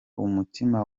umutima